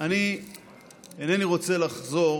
אני אינני רוצה לחזור